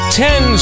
ten